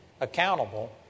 accountable